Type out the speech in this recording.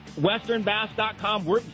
WesternBass.com